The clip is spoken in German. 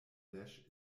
flash